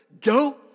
go